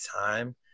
time